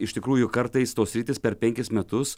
iš tikrųjų kartais tos sritys per penkis metus